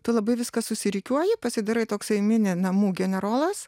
tu labai viską susirikiuoji pasidarai toksai mini namų generolas